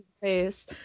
face